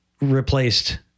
replaced